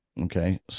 Okay